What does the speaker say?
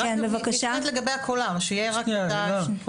רק לגבי הקולר, שיהיה רק את --- שנייה.